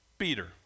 Peter